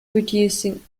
reducing